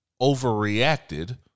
overreacted